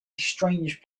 strange